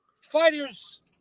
fighters